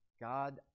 God